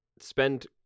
spend